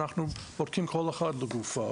אנחנו בודקים כל אחד לגופו.